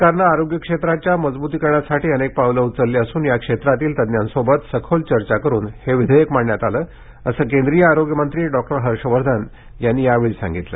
सरकारनं आरोग्य क्षेत्राच्या मजबुतीकरणासाठी अनेक पावलं उचलली असून या क्षेत्रातील तज्ज्ञांशी सखोल चर्चा करून हे विधेयक मांडण्यात आलं आहे असं केंद्रीय आरोग्यमंत्री डॉक्टर हर्षवर्धन यांनी यावेळी सांगितलं